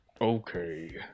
okay